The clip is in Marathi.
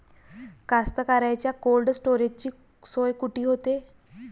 कास्तकाराइच्या कोल्ड स्टोरेजची सोय कुटी होते?